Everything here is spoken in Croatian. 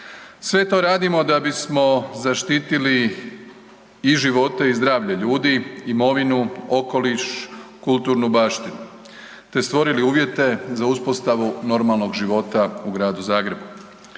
Sve to radimo da bismo zaštitili i živote i zdravlje ljudi, imovinu, okoliš, kulturnu baštinu, te stvorili uvjete za uspostavu normalnog života u Gradu Zagrebu.